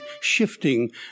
shifting